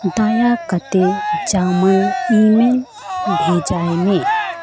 ᱫᱟᱭᱟ ᱠᱟᱛᱮ ᱡᱟᱢᱟᱞ ᱤᱼᱢᱮᱞ ᱵᱷᱮᱡᱟᱭ ᱢᱮ